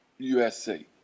USC